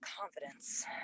Confidence